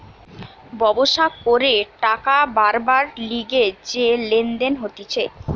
ব্যবসা করে টাকা বারবার লিগে যে লেনদেন হতিছে